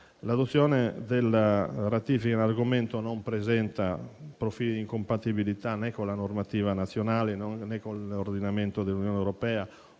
dal 2023. La ratifica in argomento non presenta profili di incompatibilità, né con la normativa nazionale, né con l'ordinamento dell'Unione europea,